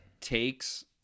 takes